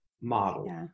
model